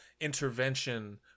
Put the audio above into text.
intervention